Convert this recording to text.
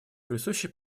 присущи